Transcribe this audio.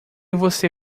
você